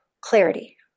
clarity